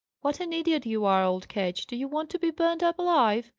what an idiot you are, old ketch! do you want to be burnt up alive?